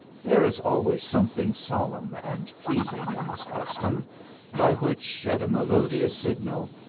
there is always something solemn and pleasing in this custom by which, at a melodious signal,